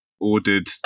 ordered